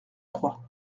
trois